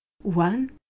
One